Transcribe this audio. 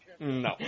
No